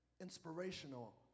inspirational